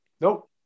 Nope